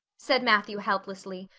said matthew helplessly,